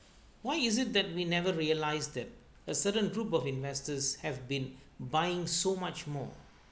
why is it that we never realise that a certain group of investors have been buying so much more